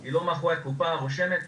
היא לא מאחורי הקופה הרושמת,